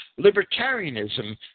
libertarianism